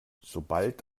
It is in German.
sobald